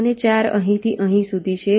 અને 4 અહીંથી અહીં સુધી છે